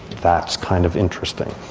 that's kind of interesting.